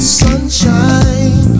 sunshine